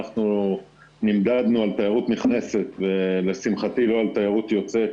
אנחנו נמדדנו על תיירות נכנסת ולשמחתי לא על תיירות יוצאת,